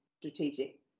strategic